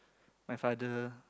my father